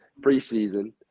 preseason